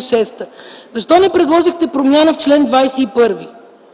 6? Защо не предложихте промяна в чл. 21?